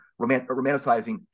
romanticizing